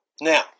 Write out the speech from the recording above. Now